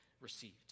received